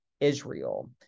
Israel